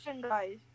guys